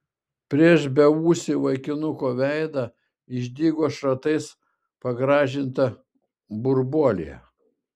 prieš beūsį vaikinuko veidą išdygo šratais pagrąžinta burbuolė